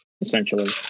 essentially